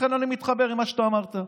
לכן אני מתחבר למה שאתה אמרת.